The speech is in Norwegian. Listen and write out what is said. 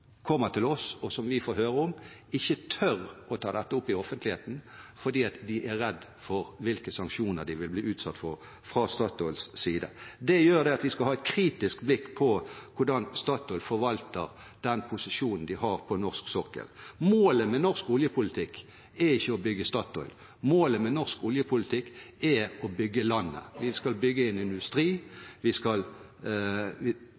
til oss, og som vi får høre om, ikke tør å ta dette opp i offentligheten, fordi de er redde for hvilke sanksjoner de vil bli utsatt for fra Statoils side. Det gjør at vi skal ha et kritisk blikk på hvordan Statoil forvalter den posisjonen de har på norsk sokkel. Målet med norsk oljepolitikk er ikke å bygge Statoil; målet med norsk oljepolitikk er å bygge landet. Vi skal bygge en industri,